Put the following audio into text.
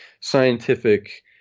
scientific